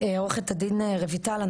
עו"ד רויטל,